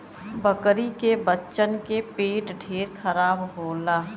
बकरी के बच्चन के पेट ढेर खराब होला